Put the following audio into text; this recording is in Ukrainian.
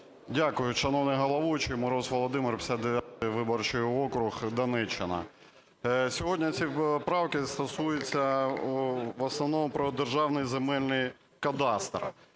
Дякую, шановний головуючий. Мороз Володимир, 59 виборчий округ, Донеччина. Сьогодні ці правки стосуються в основному про Державний земельний кадастр.